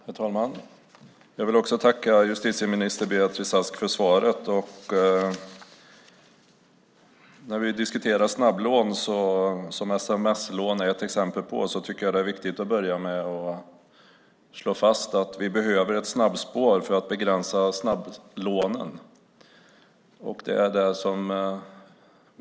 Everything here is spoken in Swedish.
Herr talman! Jag vill också tacka justitieminister Beatrice Ask för svaret. När vi diskuterar snabblån, som sms-lån är ett exempel på, tycker jag att det är viktigt att börja med att slå fast att vi behöver ett snabbspår för att begränsa snabblånen.